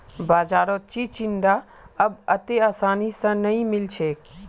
बाजारत चिचिण्डा अब अत्ते आसानी स नइ मिल छेक